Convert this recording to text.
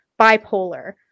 bipolar